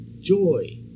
joy